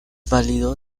válido